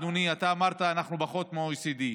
אדוני: אתה אמרת שאנחנו פחות מה-OECD.